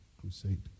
crusade